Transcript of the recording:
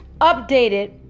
updated